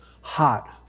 hot